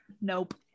Nope